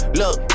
look